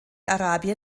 arabien